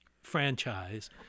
franchise